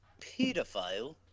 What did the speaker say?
pedophile